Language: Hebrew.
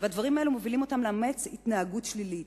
והדברים האלה מובילים אותם לאמץ התנהגות שלילית.